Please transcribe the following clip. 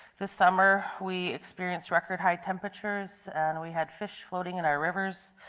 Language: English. this summer we experienced record high temperatures, and we had fish floating in our rivers.